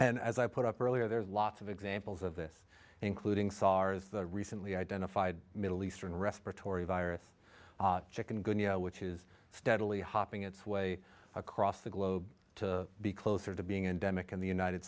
and as i put up earlier there's lots of examples of this including sars the recently identified middle eastern respiratory virus chicken good which is steadily hopping its way across the globe to be closer to being an demick in the united